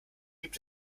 gibt